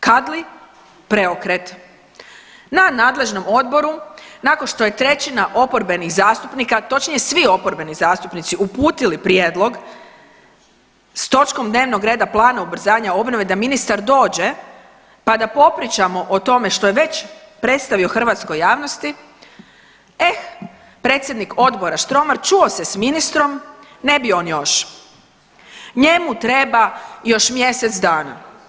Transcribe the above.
Kadli preokret, na nadležnom odboru nakon što je trećina oporbenih zastupnika, točnije svi oporbeni zastupnici uputili prijedlog s točkom dnevnog reda plana ubrzanja obnove da ministar dođe pa da popričamo o tome što je već predstavio hrvatskoj javnosti, eh predsjednik odbora Štromar čuo se s ministrom, ne bi on još, njemu treba još mjesec dana.